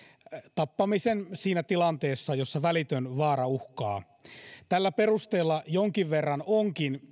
tappamisen siinä tilanteessa jossa välitön vaara uhkaa tällä perusteella jonkin verran onkin